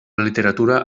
literatura